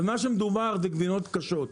מה שמדובר הן הגבינות הקשות.